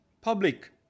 public